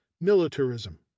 militarism